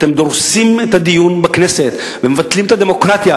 אתם דורסים את הדיון בכנסת ומבטלים את הדמוקרטיה.